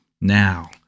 Now